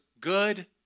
good